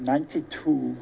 ninety two